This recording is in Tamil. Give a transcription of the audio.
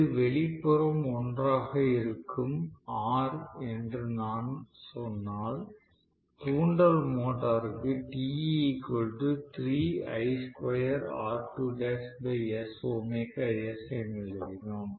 இது வெளிப்புறம் ஒன்றாக இருக்கும் R என்று நான் சொன்னால் தூண்டல் மோட்டாருக்கு என எழுதினோம்